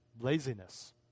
laziness